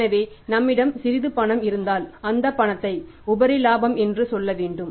ஏனெனில் நம்மிடம் சிறிது பணம் இருந்தால் அந்த பணத்தை உபரி லாபம் என்று சொல்ல வேண்டும்